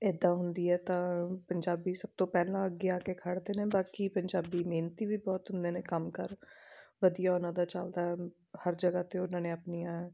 ਇੱਦਾਂ ਹੁੰਦੀ ਹੈ ਤਾਂ ਪੰਜਾਬੀ ਸਭ ਤੋਂ ਪਹਿਲਾਂ ਅੱਗੇ ਆ ਕੇ ਖੜ੍ਹਦੇ ਨੇ ਬਾਕੀ ਪੰਜਾਬੀ ਮਿਹਨਤੀ ਵੀ ਬਹੁਤ ਹੁੰਦੇ ਨੇ ਕੰਮ ਕਾਰ ਵਧੀਆ ਉਨ੍ਹਾਂ ਦਾ ਚੱਲਦਾ ਹਰ ਜਗ੍ਹਾ 'ਤੇ ਉਹਨਾਂ ਨੇ ਆਪਣੀਆਂ